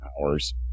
hours